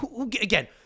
Again